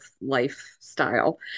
lifestyle